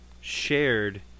shared